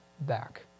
back